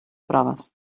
proves